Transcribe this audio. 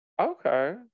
okay